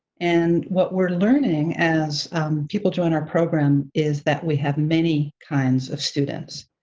and what we're learning as people join our program is that we have many kinds of students,